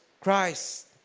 Christ